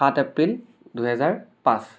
সাত এপ্ৰিল দুহেজাৰ পাঁচ